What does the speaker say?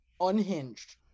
unhinged